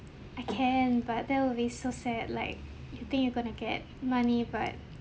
I can but that will be so sad like you think you're going to get money but